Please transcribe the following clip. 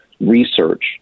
research